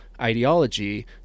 ideology